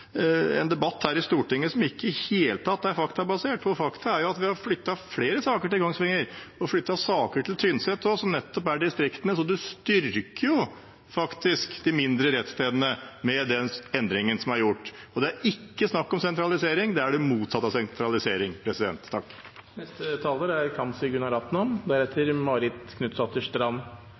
en debatt her i Stortinget som ikke i det hele tatt er faktabasert. Faktum er at vi har flyttet flere saker til Kongsvinger og også til Tynset – som nettopp er distrikt. Man styrker faktisk de mindre rettsstedene med den endringen som er gjort. Det er ikke snakk om sentralisering, det er det motsatte av sentralisering.